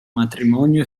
matrimonio